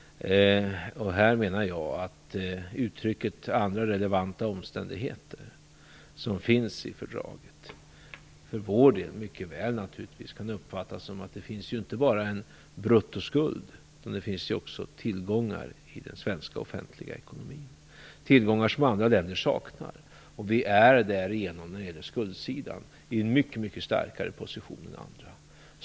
Jag menar att uttrycket "andra relevanta omständigheter" som finns i fördraget mycket väl för vår del kan uppfattas som att det inte bara finns en bruttoskuld, utan det finns ju också tillgångar i den svenska offentliga ekonomin, tillgångar som andra länder saknar. Därigenom är vi när det gäller skuldsidan i en mycket starkare position än andra.